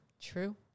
True